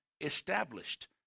established